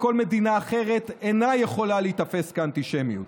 כל מדינה אחרת אינה יכולה להיתפס כאנטישמית.